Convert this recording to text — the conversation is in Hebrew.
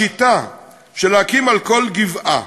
השיטה של להקים על כל גבעה